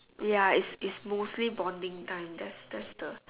ya is is mostly bonding time that's that's the